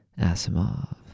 Asimov